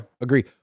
agree